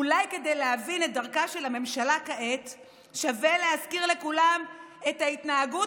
אולי כדי להבין את דרכה של הממשלה כעת שווה להזכיר לכולם את ההתנהגות